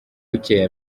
bukeye